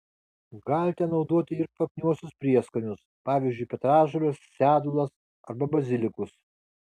galite naudoti ir kvapniuosius prieskonius pavyzdžiui petražoles sedulas arba bazilikus